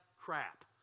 crap